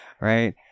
right